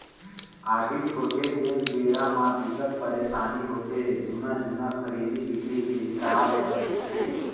audit होथे तेन बेरा म बिकट परसानी होथे जुन्ना जुन्ना खरीदी बिक्री के हिसाब ल देखथे